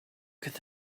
could